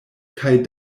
kaj